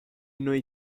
noi